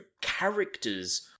characters